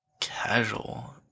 Casual